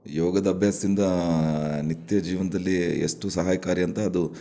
ಯೋಗದ ಅಭ್ಯಾಸದಿಂದ ನಿತ್ಯಜೀವನದಲ್ಲಿ ಎಷ್ಟು ಸಹಾಯಕಾರಿ ಅಂತ ಅದು